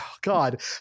God